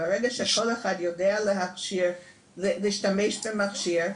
ברגע שכל אחד יודע להשתמש במכשיר,